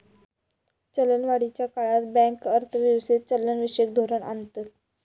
चलनवाढीच्या काळात बँक अर्थ व्यवस्थेत चलनविषयक धोरण आणतत